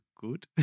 good